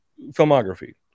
filmography